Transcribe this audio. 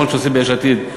כמו שעושים ביש עתיד,